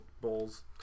bowls